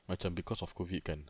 macam because of COVID kan